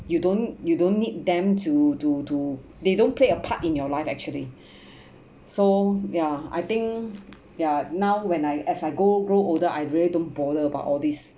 you don't you don't need them to to to they don't play a part in your life actually so yeah I think yeah now when I as I grow grow older I really don't bother about all this